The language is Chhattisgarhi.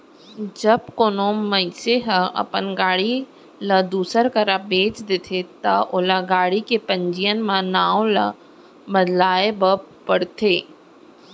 जब कोनो मनसे ह अपन गाड़ी ल दूसर करा बेंच देथे ता ओला गाड़ी के पंजीयन म नांव ल बदलवाए ल परथे